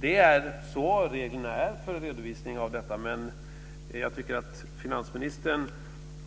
Det är så reglerna är för redovisning av detta, men jag tycker att finansministern